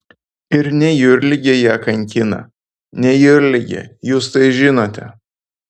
ir ne jūrligė ją kankina ne jūrligė jūs tai žinote